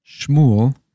Shmuel